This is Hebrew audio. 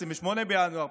28 בינואר,